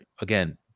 again